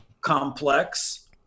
complex